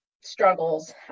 struggles